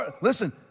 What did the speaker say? Listen